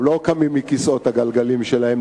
הם לא קמים מכיסאות הגלגלים שלהם,